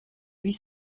huit